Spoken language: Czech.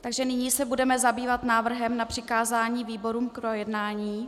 Takže nyní se budeme zabývat návrhem na přikázání výborům k projednání.